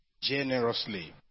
generously